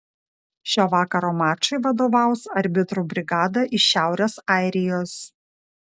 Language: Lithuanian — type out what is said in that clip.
šio vakaro mačui vadovaus arbitrų brigada iš šiaurės airijos